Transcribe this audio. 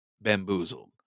bamboozled